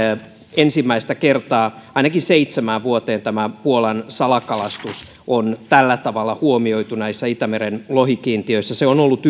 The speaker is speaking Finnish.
ensimmäistä kertaa ainakin seitsemään vuoteen tämä puolan salakalastus on tällä tavalla huomioitu itämeren lohikiintiöissä se on ollut